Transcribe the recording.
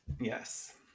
Yes